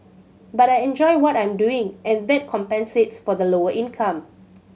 but I enjoy what I'm doing and that compensates for the lower income